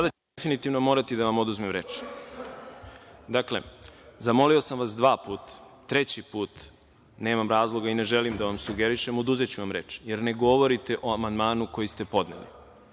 sada ću definitivno morati da vam oduzmem reč. Dakle, zamolio sam vas dva puta, treći put nemam razloga i ne želim da vam sugerišem, oduzeću vam reč, jer ne govorite o amandmanu koji ste podneli. Pitate